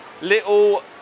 little